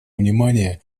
внимания